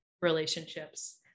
relationships